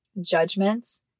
judgments